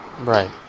Right